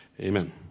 Amen